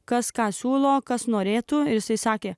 kas ką siūlo kas norėtų jisai sakė